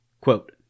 Quote